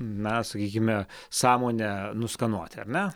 na sakykime sąmonę nuskanuoti ar ne